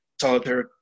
solitary